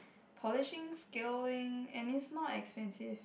polishing scaling and it's not expensive